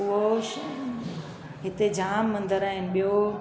उहो हिते जामु मंदर आहिनि ॿियो